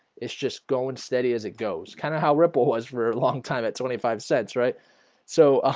it's just going steady as it goes kind of how ripple was for a long time at twenty five cents right so ah